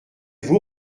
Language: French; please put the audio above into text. vous